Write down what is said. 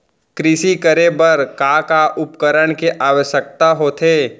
कृषि करे बर का का उपकरण के आवश्यकता होथे?